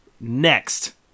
Next